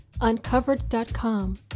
Uncovered.com